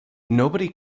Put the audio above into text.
nobody